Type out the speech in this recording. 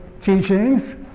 teachings